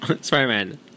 Spider-Man